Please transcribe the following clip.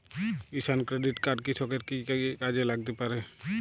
কিষান credit card কৃষকের কি কি কাজে লাগতে পারে?